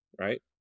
Right